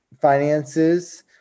finances